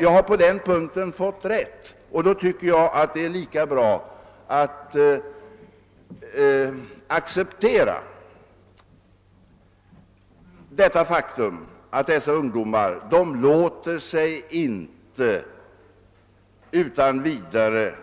Jag har på den punkten fått rätt, och då tycker jag det är lika bra att acceptera faktum, att dessa ungdomar inte låter sig utan vidare